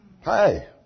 Hey